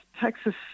Texas